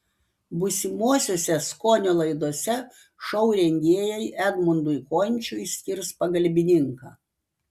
būsimosiose skonio laidose šou rengėjai edmundui končiui skirs pagalbininką